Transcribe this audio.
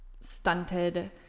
stunted